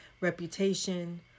reputation